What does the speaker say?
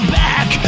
back